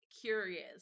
curious